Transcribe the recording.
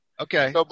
Okay